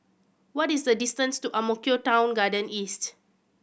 what is the distance to Ang Mo Kio Town Garden East